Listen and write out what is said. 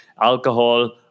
alcohol